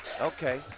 Okay